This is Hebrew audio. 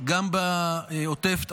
גם בעוטף.